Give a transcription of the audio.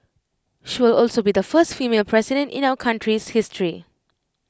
she will also be the first female president in our country's history